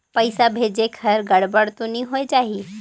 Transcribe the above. पइसा भेजेक हर गड़बड़ तो नि होए जाही?